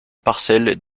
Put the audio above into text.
passerelle